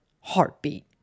heartbeat